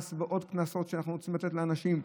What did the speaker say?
ועוד קנסות שאנחנו רוצים לתת לאנשים,